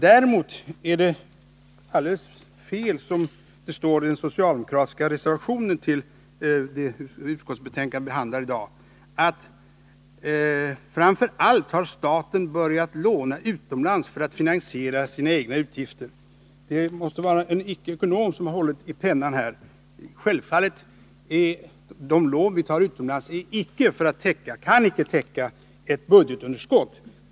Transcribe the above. Däremot är det alldeles felaktigt som det står i den socialdemokratiska reservationen till det utskottsbetänkande vi behandlar i dag, att staten har börjat låna utomlands för att finansiera sina egna utgifter. Det måste vara en icke-ekonom som har hållit i pennan här. Självfallet kan icke de lån vi tar utomlands täcka ett budgetunderskott.